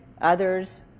others